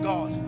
God